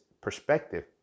perspective